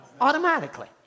Automatically